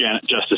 Justice